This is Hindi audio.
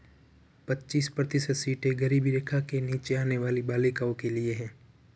पच्चीस प्रतिशत सीटें गरीबी रेखा के नीचे आने वाली बालिकाओं के लिए है